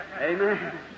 Amen